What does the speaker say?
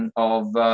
and of